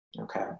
okay